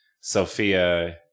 Sophia